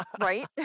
right